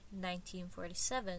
1947